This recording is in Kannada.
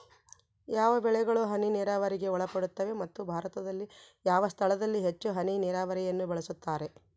ಯಾವ ಬೆಳೆಗಳು ಹನಿ ನೇರಾವರಿಗೆ ಒಳಪಡುತ್ತವೆ ಮತ್ತು ಭಾರತದಲ್ಲಿ ಯಾವ ಸ್ಥಳದಲ್ಲಿ ಹೆಚ್ಚು ಹನಿ ನೇರಾವರಿಯನ್ನು ಬಳಸುತ್ತಾರೆ?